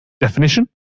definition